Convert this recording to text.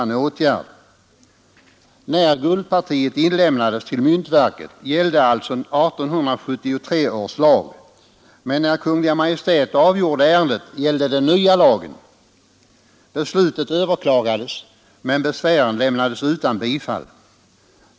När guldpartiet inlämnades till myntverket gällde alltså 1873 års lag, men när Kungl. Maj:t avgjorde ärendet gällde den nya lagen. Beslutet överklagades, men besvären lämnades utan bifall.